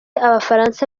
abafaransa